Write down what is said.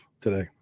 today